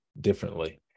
differently